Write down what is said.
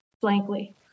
blankly